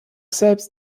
selbst